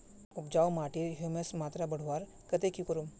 उपजाऊ माटिर ह्यूमस मात्रा बढ़वार केते की करूम?